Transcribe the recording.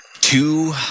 Two